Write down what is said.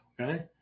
Okay